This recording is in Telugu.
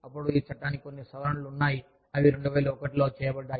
అప్పుడు ఈ చట్టానికి కొన్ని సవరణలు ఉన్నాయి అవి 2001 లో చేయబడ్డాయి